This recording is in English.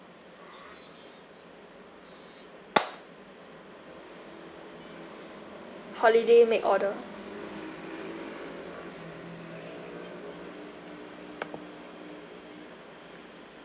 holiday make order